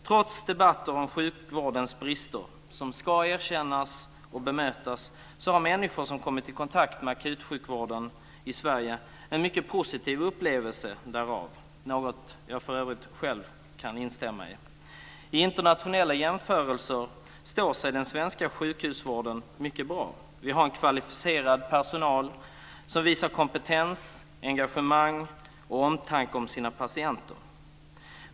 Trots debatter om sjukvårdens brister som ska erkännas och bemötas har människor som kommit i kontakt med akutsjukvården i Sverige en mycket positiv upplevelse därav, något jag för övrigt själv kan instämma i. I internationella jämförelser står sig den svenska sjukhusvården mycket bra. Vi har en kvalificerad personal som visar kompetens, engagemang och omtanke om sina patienter.